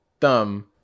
thumb